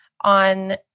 on